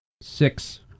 six